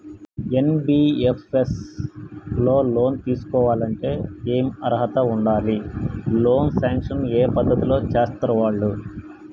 NBFS లో loan తీస్కోవాలంటే ఏం అర్హత ఉండాలి? లోన్ సాంక్షన్ ఏ పద్ధతి లో చేస్తరు వాళ్లు?